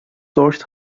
tocht